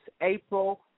April